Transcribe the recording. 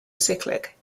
cyclic